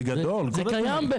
זה קיים,